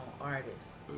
artists